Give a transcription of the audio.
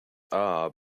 are